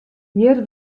hjir